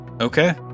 Okay